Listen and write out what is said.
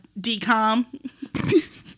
decom